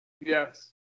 Yes